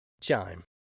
Chime